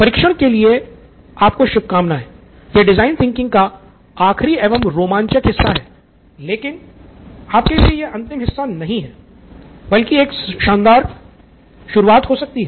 परीक्षण के लिए आपको शुभकामनाएँ यह डिजाइन थिंकिंग का आखिरी एवम रोमांचक हिस्सा है लेकिन आपके लिए यह अंतिम हिस्सा नहीं बल्कि एक शानदार शुरुआत हो सकती है